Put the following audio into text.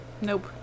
nope